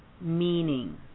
meaning